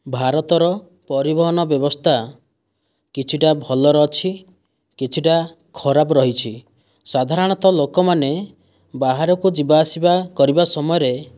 ଭାରତର ପରିବହନ ବ୍ୟବସ୍ଥା କିଛିଟା ଭଲରେ ଅଛି କିଛିଟା ଖରାପ ରହିଛି ସାଧାରଣତଃ ଲୋକମାନେ ବାହାରକୁ ଯିବାଆସିବା କରିବା ସମୟରେ